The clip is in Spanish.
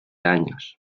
años